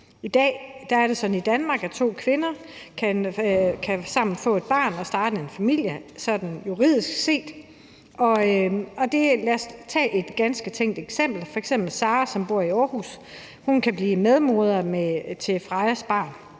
I dag er det sådan i Danmark, at to kvinder sammen kan få et barn og starte en familie, sådan juridisk set. Lad os tage et ganske tænkt eksempel, f.eks. Sara, som bor i Aarhus: Hun kan blive medmor til Frejas barn.